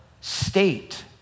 state